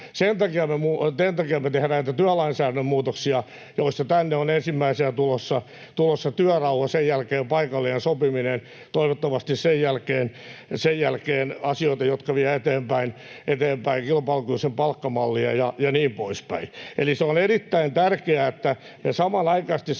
Sen takia me tehdään näitä työlainsäädännön muutoksia, joista tänne on ensimmäisenä tulossa työrauha. Sen jälkeen on toivottavasti paikallinen sopiminen, ja sen jälkeen asioita, jotka vievät eteenpäin kilpailukykyistä palkkamallia ja niin poispäin. Eli on erittäin tärkeää, että samanaikaisesti